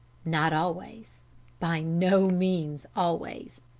not always by no means always!